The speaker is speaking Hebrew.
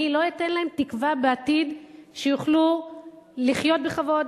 אני לא אתן להם תקווה שבעתיד יוכלו לחיות בכבוד,